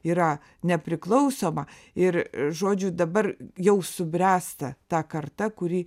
yra nepriklausoma ir žodžiu dabar jau subręsta ta karta kuri